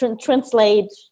translate